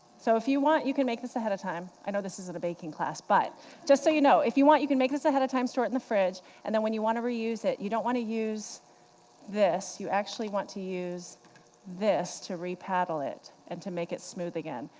so if you want, you can make this ahead of time i know this isn't a baking class but just so you know, if you want, you can make this ahead of time, store it in the fridge, and then when you want to reuse it, you don't want to use this. you actually want to use this, to repaddle it and to make it smooth again.